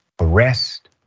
arrest